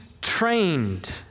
trained